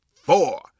four